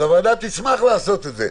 הוועדה תשמח לעשות את זה.